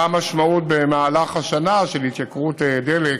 מה המשמעות במהלך השנה של התייקרות דלק